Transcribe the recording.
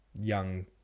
young